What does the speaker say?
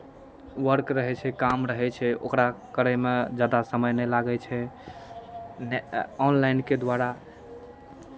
work रहै छै काम रहै छै ओकरा करयमे ज्यादा समय नहि लागै छै ऑनलाइनके द्वारा